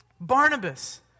Barnabas